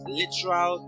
literal